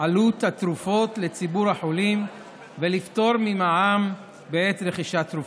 התרופות לציבור החולים ולפטור ממע"מ בעת רכישת תרופות.